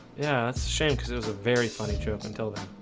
yeah, it's a shame cuz it was a very funny joke until they